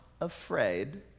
afraid